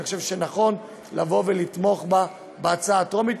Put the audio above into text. אני חושב שנכון לתמוך בה בהצבעה טרומית,